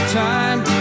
time